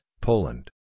Poland